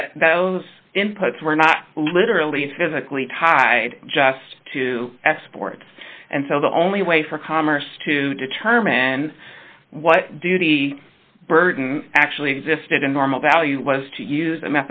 those inputs were not literally physically tied just to exports and so the only way for commerce to determine what duty burden actually existed in normal value was to use